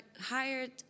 hired